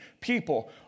people